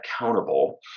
accountable